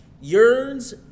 yearns